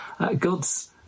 God's